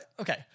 Okay